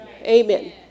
Amen